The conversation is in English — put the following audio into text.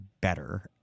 better